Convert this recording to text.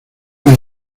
años